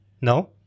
No